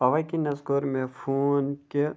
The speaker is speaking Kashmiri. تَوَے کِنِۍ حظ کوٚر مےٚ فون کہِ